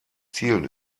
zielen